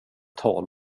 tal